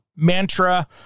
Mantra